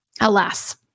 Alas